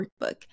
workbook